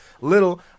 little